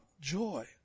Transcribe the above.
joy